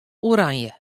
oranje